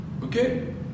Okay